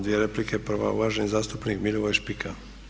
dvije replike, prva uvaženi zastupnik Milivoj Špika.